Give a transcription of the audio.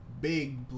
Big